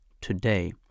today